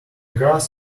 grass